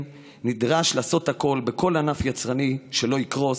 נדרש לעשות הכול בכל ענף יצרני כדי שלא יקרוס,